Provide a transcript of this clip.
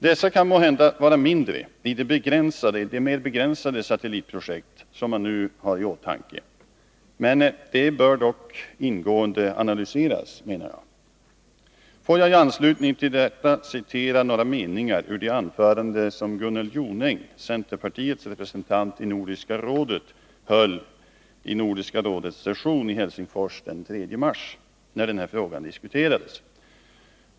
Dessa kan måhända vara mindre i det mer begränsade satellitprojekt som man nu har i åtanke. Men detta bör dock ingående analyseras. Får jag i anslutning till detta citera några meningar ur det anförande som Gunnel Jonäng, centerpartiets representant i Nordiska rådet, höll vid Nordiska rådets session i Helsingfors den 3 mars när den här frågan diskuterades.